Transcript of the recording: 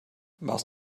warst